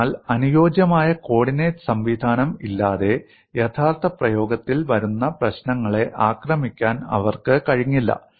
അതിനാൽ അനുയോജ്യമായ കോർഡിനേറ്റ് സംവിധാനം ഇല്ലാതെ യഥാർത്ഥ പ്രയോഗത്തിൽ വരുന്ന പ്രശ്നങ്ങളെ ആക്രമിക്കാൻ അവർക്ക് കഴിഞ്ഞില്ല